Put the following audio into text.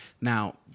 Now